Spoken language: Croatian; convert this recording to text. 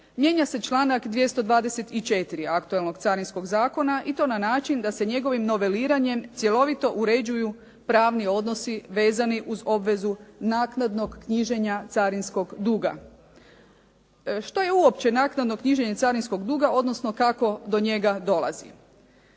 Mijenja se članka 224. aktualnog Carinskog zakona i to na način da se njegovim noveliranjem cjelovito uređuju pravni odnosi vezani uz obvezu naknadnog knjiženja carinskog duga. Što je uopće naknadno knjiženje carinskog duga, odnosno kako do njega dolazi?